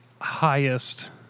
highest